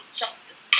justice